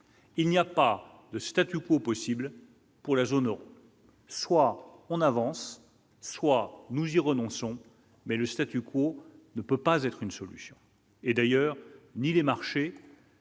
il n'y a pas de statu quo possible pour la zone Euro. Soit on avance, soit nous y renonçons mais le statu quo ne peut pas être une solution et d'ailleurs, ni les marchés.